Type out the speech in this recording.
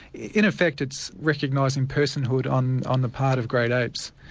in effect, it's recognising personhood on on the part of great apes,